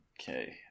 Okay